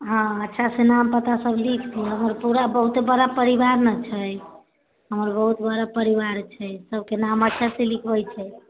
हँ अच्छा से नाम पता सब लिख दी हमरा बहुत बड़ा परिवार ने छै हमर बहुत बड़ा परिवार छै सबके नाम अच्छा से लिखबै छै